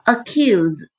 Accuse